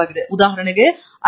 ಒಂದು ಉದಾಹರಣೆಯೆಂದರೆ imechanica